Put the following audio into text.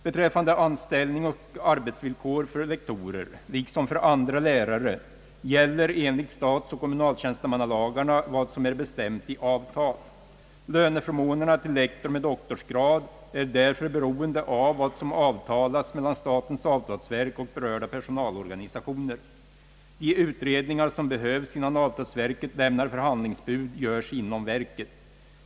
Beträffande anställningsoch arbetsvillkor för lektorer liksom för andra lärare gäller enligt statsoch kommunaltjänstemannalagarna vad som är bestämt i avtal. Löneförmånerna till lektor med doktorsgrad är därför beroende av vad som avtalas mellan statens avtalsverk och berörda personalorganisationer. De utredningar som behövs innan avtalsverket lämnar förhandlingsbud görs inom verket.